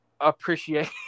Appreciate